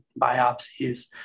biopsies